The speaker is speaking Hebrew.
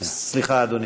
סליחה, אדוני.